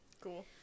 Cool